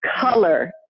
color